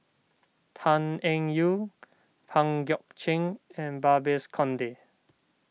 Tan Eng Yoon Pang Guek Cheng and Babes Conde